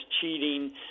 cheating